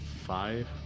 five